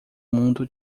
mundo